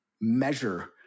measure